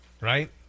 right